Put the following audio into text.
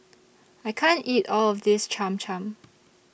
I can't eat All of This Cham Cham